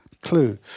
clue